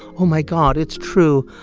oh, my god. it's true.